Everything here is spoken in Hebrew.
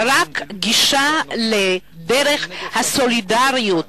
רק דרך הסולידריות